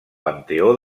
panteó